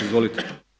Izvolite.